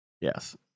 Yes